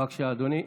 בבקשה, אדוני,